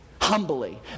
Humbly